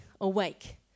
awake